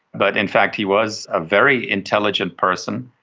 but in fact he was a very intelligent person.